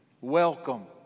Welcome